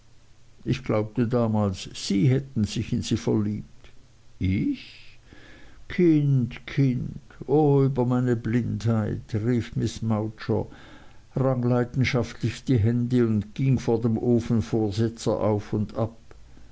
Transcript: ich glaubte damals sie hätten sich in sie verliebt ich kind kind o über meine blindheit rief miß mowcher rang leidenschaftlich die hände und ging vor dem ofenvorsetzer auf und ab